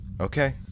Okay